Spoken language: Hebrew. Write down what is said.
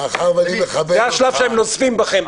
מאחר שאני מכבד אותך --- זה השלב שהם נוזפים בכם,